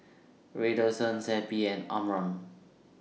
Redoxon Zappy and Omron